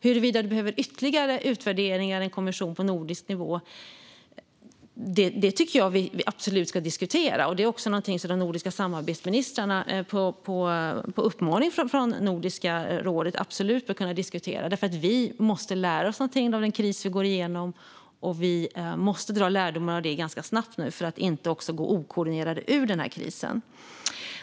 Huruvida det behöver göras ytterligare utvärderingar av en kommission på nordisk nivå tycker jag absolut att vi ska diskutera. Det är också någonting som de nordiska samarbetsministrarna på uppmaning från Nordiska rådet absolut bör kunna diskutera. Vi måste lära oss någonting av den kris som vi går igenom, och vi måste dra lärdomar av det ganska snabbt nu för att inte gå okoordinerade ur den här krisen.